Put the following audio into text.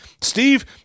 steve